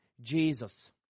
Jesus